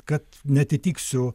kad neatitiksiu